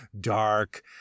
dark